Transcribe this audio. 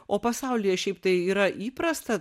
o pasaulyje šiaip tai yra įprasta